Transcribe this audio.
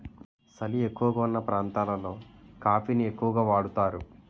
సలి ఎక్కువగావున్న ప్రాంతాలలో కాఫీ ని ఎక్కువగా వాడుతారు